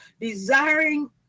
desiring